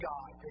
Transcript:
God